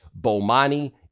Bomani